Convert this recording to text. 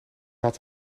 had